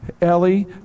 Ellie